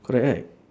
correct right